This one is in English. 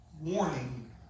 warning